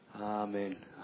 Amen